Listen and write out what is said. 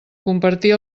compartir